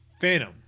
Phantom